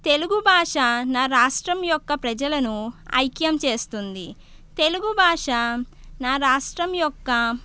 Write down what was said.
తెలుగుభాష నా రాష్ట్రం యొక్క ప్రజలను ఐక్యం చేస్తుంది తెలుగుభాష నా రాష్ట్రం యొక్క